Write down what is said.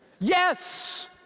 Yes